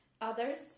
Others